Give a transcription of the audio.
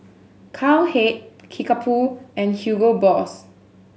Cowhead Kickapoo and Hugo Boss